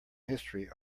history